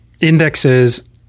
indexes